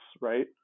Right